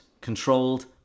controlled